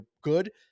good